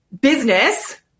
business